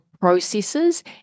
processes